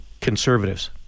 conservatives